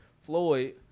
Floyd